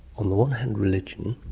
on the one hand religion,